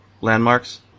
landmarks